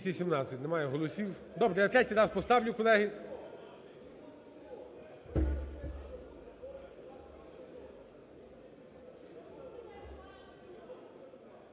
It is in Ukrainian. Добре, я третій раз поставлю, колеги.